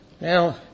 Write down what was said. Now